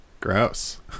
gross